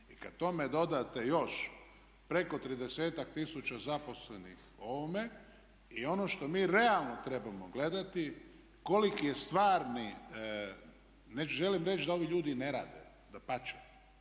I kad tome dodate još preko 30-ak tisuća zaposlenih ovome i ono što mi realno trebamo gledati koliki je stvarni, ne želim reći da ovi ljudi ne rade, dapače